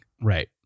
Right